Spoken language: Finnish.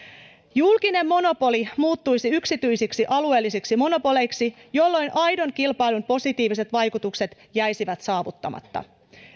julkinen monopoli muuttuisi yksityisiksi alueellisiksi monopoleiksi jolloin aidon kilpailun positiiviset vaikutukset jäisivät saavuttamatta